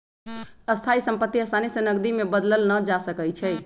स्थाइ सम्पति असानी से नकदी में बदलल न जा सकइ छै